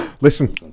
Listen